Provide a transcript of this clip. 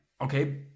Okay